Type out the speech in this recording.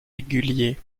régulier